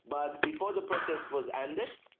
but before the process was ended,